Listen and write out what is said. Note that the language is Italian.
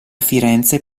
firenze